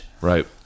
right